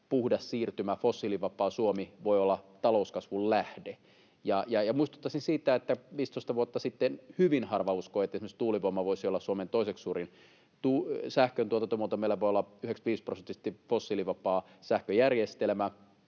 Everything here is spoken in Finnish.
puhdas siirtymä, fossiilivapaa Suomi voi olla talouskasvun lähde. Muistuttaisin siitä, että 15 vuotta sitten hyvin harva uskoi, että esimerkiksi tuulivoima voisi olla Suomen toiseksi suurin sähköntuotantomuoto ja meillä voisi olla 95-prosenttisesti fossiilivapaa sähköjärjestelmä